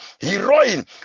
heroine